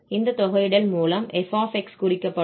இந்த தொகையிடல் மூலம் f குறிக்கப்படும்